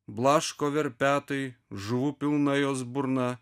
blaško verpetai žuvų pilna jos burna